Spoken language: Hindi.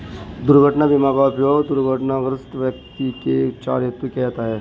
दुर्घटना बीमा का उपयोग दुर्घटनाग्रस्त व्यक्ति के उपचार हेतु किया जाता है